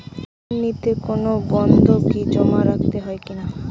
ঋণ নিতে কোনো বন্ধকি জমা রাখতে হয় কিনা?